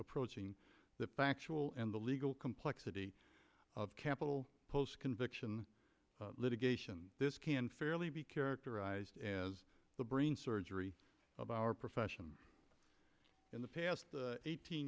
approaching the factual and the legal complexity of capital post conviction litigation this can fairly be characterized as the brain surgery of our profession in the past eighteen